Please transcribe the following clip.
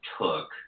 took